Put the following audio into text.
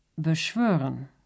Beschwören